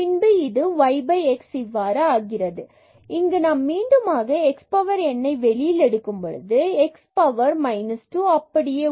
பின்பு இது yx இவ்வாறு ஆகிறது இங்கு நாம் மீண்டுமாக x power nஐ வெளியில் எடுக்கும் பொழுது பின்பு x power 2 அப்படியே உள்ளது